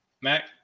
Mac